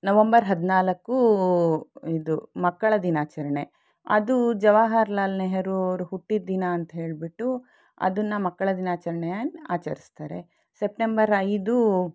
November ಹದಿನಾಲ್ಕು ಇದು ಮಕ್ಕಳ ದಿನಾಚರಣೆ ಅದು ಜವಹರಲಾಲ್ ನೆಹರು ಅವರು ಹುಟ್ಟಿದ ದಿನ ಅಂತ ಹೇಳ್ಬಿಟ್ಟು ಅದನ್ನು ಮಕ್ಕಳ ದಿನಾಚರಣೆಯನ್ನು ಆಚರಿಸ್ತಾರೆ ಸೆಪ್ಟೆಂಬರ್ ಐದು